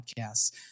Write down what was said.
podcasts